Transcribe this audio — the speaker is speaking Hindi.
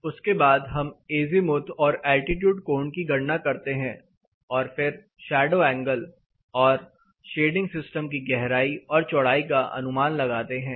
उसके बाद हम एजीमुथ और एल्टीट्यूड कोण की गणना करते हैं और फिर शैडो एंगल और शेडिंग सिस्टम की गहराई और चौड़ाई का अनुमान लगाते हैं